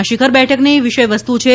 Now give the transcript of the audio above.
આ શીખર બેઠકની વિષય વસ્તુ છે